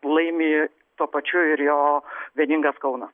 laimi tuo pačiu ir jo vieningas kaunas